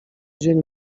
dzień